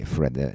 Fred